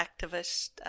activist